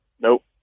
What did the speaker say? Nope